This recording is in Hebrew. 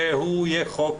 שהוא יהיה חוק